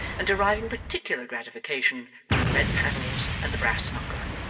and deriving particular gratification from the red panels and the brass knocker.